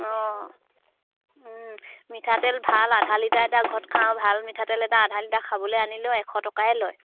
অঁ মিঠাতেল ভাল আধা লিটাৰ এটা ঘৰত খাওঁ ভাল মিঠাতেল এটা আধা লিটাৰ খাবলৈ আনিলেও এশ টকাই লয়